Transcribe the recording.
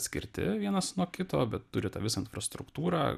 atskirti vienas nuo kito bet turit tą visą infrastruktūrą